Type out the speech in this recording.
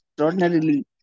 extraordinarily